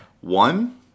One